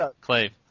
Clave